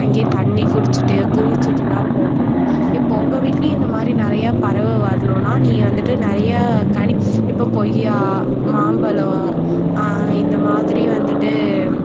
அங்கே தண்ணி குடித்துட்டு குளித்துட்டுலாம் போகும் இப்போது உங்கள் வீட்டிலியும் இந்த மாதிரி நிறையா பறவை வரணுன்னால் நீங்கள் வந்துட்டு நிறையா கனி இப்போ கொய்யா மாம்பழம் இந்த மாதிரி வந்துட்டு